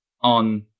on